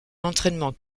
l’entraînement